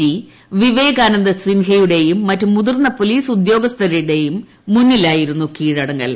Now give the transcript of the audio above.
G Vivekanand സിൻഹയുടേയും മറ്റ് മുതിർന്ന പോലീസ് ഉദ്യോഗസ്ഥരുടേയും മുൻപിലായിരുന്നു കീഴടങ്ങൽ